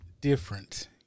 Different